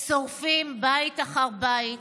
שורפים בית אחר בית